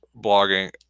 blogging